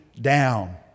down